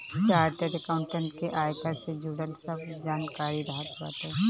chartered accountant के आयकर से जुड़ल सब जानकारी रहत बाटे